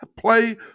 play